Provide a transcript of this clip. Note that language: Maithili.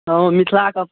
ओ मिथिलाके